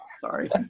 Sorry